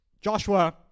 Joshua